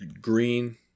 Green